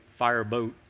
fireboat